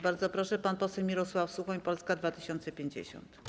Bardzo proszę, pan poseł Mirosław Suchoń, Polska 2050.